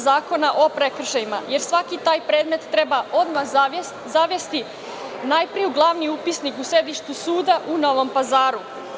Zakona o prekršajima, jer svaki taj predmet treba odmah zavesti prvo u glavni upisnik u sedištu suda u Novom Pazaru.